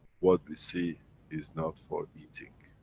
what we see is not for eating.